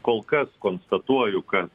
kol kas konstatuoju ka